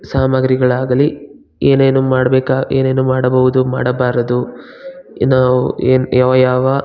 ಸಾಮಾಗ್ರಿಗಳಾಗಲಿ ಏನೇನು ಮಾಡಬೇಕಾ ಏನೇನು ಮಾಡಬೋದು ಮಾಡಬಾರದು ನಾವು ಏನು ಯಾವ ಯಾವ